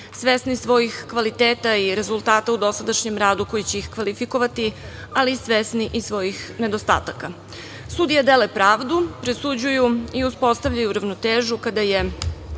svesni svojih kvaliteta i rezultata u dosadašnjem radu koji će ih kvalifikovati, ali i svesni svojih nedostataka. Sudije dele pravdu, presuđuju i uspostavljaju ravnotežu kada je